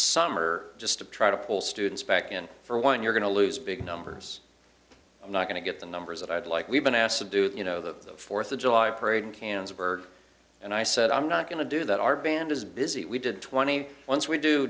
summer just to try to pull students back in for one you're going to lose big numbers i'm not going to get the numbers that i'd like we've been asked to do you know the fourth of july parade in cannes berg and i said i'm not going to do that our band is busy we did twenty once we do